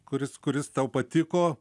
kuris kuris tau patiko